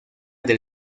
del